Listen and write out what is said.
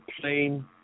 plane